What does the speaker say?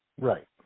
Right